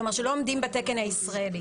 כלומר, שלא עומדים בתקן הישראלי.